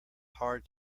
hard